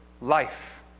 life